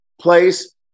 place